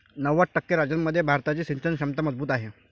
नव्वद टक्के राज्यांमध्ये भारताची सिंचन क्षमता मजबूत आहे